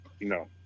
No